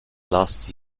last